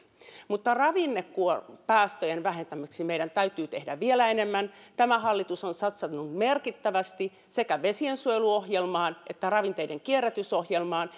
mutta ravinnepäästöjen vähentämiseksi meidän täytyy tehdä vielä enemmän tämä hallitus on satsannut merkittävästi sekä vesiensuojeluohjelmaan että ravinteiden kierrätysohjelmaan